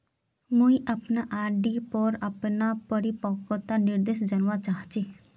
मुई अपना आर.डी पोर अपना परिपक्वता निर्देश जानवा चहची